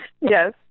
Yes